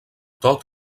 tot